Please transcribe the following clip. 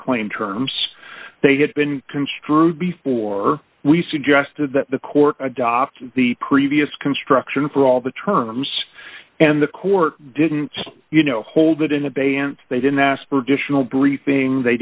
claimed terms they had been construed before we suggested that the court adopt the previous construction for all the terms and the court didn't you know hold it in abeyance they didn't ask for digital briefing they